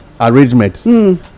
arrangement